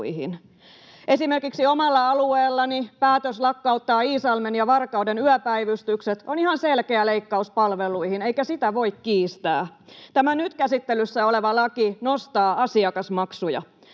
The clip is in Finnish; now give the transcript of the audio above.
Esimerkiksi omalla alueellani päätös lakkauttaa Iisalmen ja Varkauden yöpäivystykset on ihan selkeä leikkaus palveluihin, eikä sitä voi kiistää. Tämä nyt käsittelyssä oleva laki nostaa asiakasmaksuja.